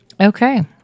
Okay